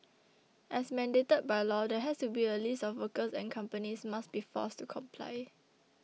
as mandated by law there has to be a list of workers and companies must be forced to comply